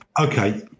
Okay